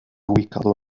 ubicado